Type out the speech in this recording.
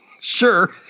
sure